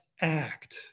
act